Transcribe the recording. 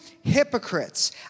hypocrites